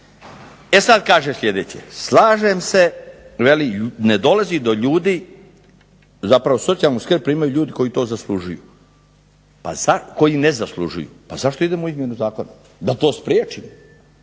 E sad kaže sljedeće, slažem se, veli ne dolazi do ljudi zapravo socijalnu skrb primaju ljudi koji to ne zaslužuju. Pa zašto idemo u izmjene zakona, da to spriječimo.